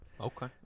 Okay